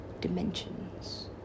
dimensions